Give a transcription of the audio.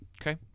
okay